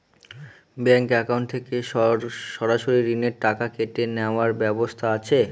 Bank account থেকে সরাসরি ঋণের টাকা কেটে নেওয়ার ব্যবস্থা আছে?